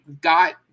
got